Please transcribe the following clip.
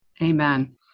Amen